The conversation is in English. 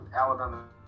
Alabama